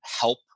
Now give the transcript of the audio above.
help